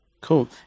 Cool